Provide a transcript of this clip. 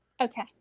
Okay